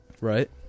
Right